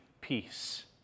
peace